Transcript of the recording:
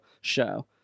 show